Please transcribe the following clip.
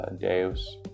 deus